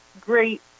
great